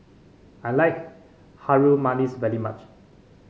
I like Harum Manis very much